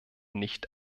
nicht